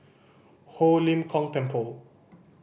Ho Lim Kong Temple